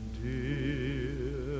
dear